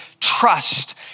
trust